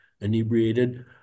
inebriated